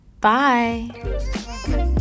bye